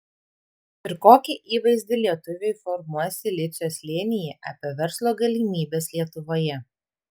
ir kokį įvaizdį lietuviai formuos silicio slėnyje apie verslo galimybes lietuvoje